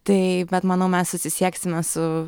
tai bet manau mes susisieksime su